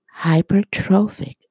hypertrophic